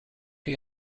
chi